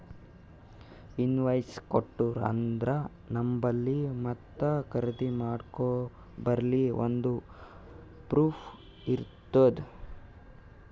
invoice ಕೊಟ್ಟೂರು ಅಂದ್ರ ನಂಬಲ್ಲಿ ಮತ್ತ ಖರ್ದಿ ಮಾಡೋರ್ಬಲ್ಲಿ ಒಂದ್ ಪ್ರೂಫ್ ಇರ್ತುದ್